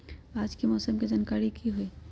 आज के मौसम के जानकारी कि हई?